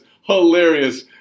hilarious